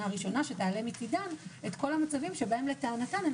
הראשונה שתעלה מצידן את כל המצבים שבהן לטענתן הן